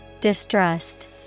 Distrust